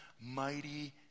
mighty